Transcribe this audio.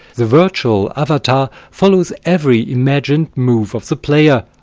the virtual avatar follows every imagined move of the player,